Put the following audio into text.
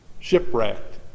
shipwrecked